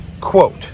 quote